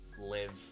live